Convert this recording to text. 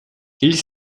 ils